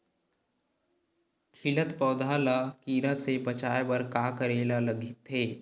खिलत पौधा ल कीरा से बचाय बर का करेला लगथे?